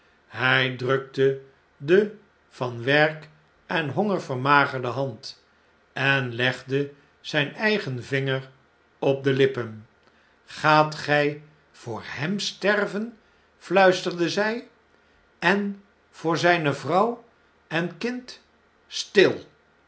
hjj drukte de van werk en hongervermagerde hand en legde zp eigen vinger op de lippen gaat gjj voor hem sterven fluisterde zjj en voor zpe vrouw en kind stil